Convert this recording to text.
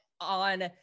on